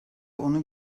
onu